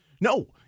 No